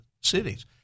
cities